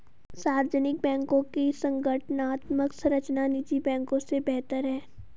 सार्वजनिक बैंकों की संगठनात्मक संरचना निजी बैंकों से बेहतर है